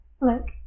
Look